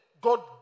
God